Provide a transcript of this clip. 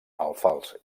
alfals